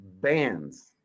bands